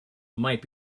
might